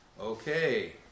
Okay